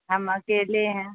ہم اکیلے ہیں